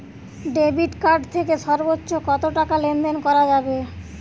Debit card থেকে সর্বোচ্চ কত টাকা লেনদেন করা যাবে?